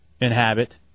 inhabit